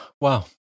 Wow